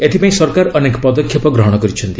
ଏଥିପାଇଁ ସରକାର ଅନେକ ପଦକ୍ଷେପ ଗ୍ରହଣ କରିଛନ୍ତି